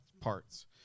parts